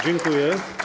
Dziękuję.